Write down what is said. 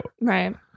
Right